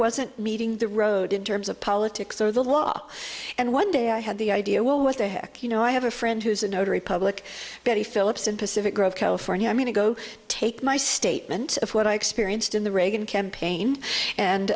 wasn't meeting the road in terms of politics or the law and one day i had the idea well what the heck you know i have a friend who's a notary public betty phillips and pacific grove california i'm going to go take my statement of what i experienced in the reagan campaign and